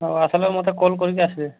ହଉ ମତେ କଲ୍ କରିକି ଆସିବେ